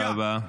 תודה רבה.